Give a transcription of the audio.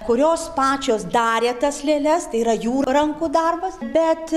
kurios pačios darė tas lėles tai yra jų rankų darbas bet